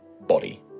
body